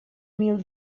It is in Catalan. mil